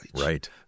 Right